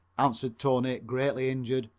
answered tony, greatly injured.